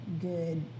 good